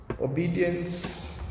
obedience